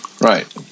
Right